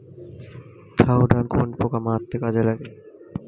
Thiodan কোন পোকা মারতে কাজে লাগে?